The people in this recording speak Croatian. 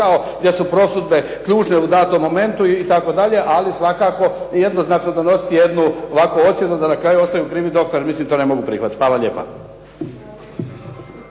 posao gdje su prosudbe ključne u datom momentu itd., ali svakako jednoznačno donositi jednu ovakvu ocjenu da na kraju ostaju krivi doktori, mislim to ne mogu prihvatiti. Hvala lijepa.